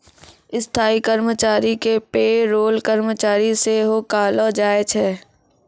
स्थायी कर्मचारी के पे रोल कर्मचारी सेहो कहलो जाय छै